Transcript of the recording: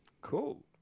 cool